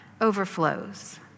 overflows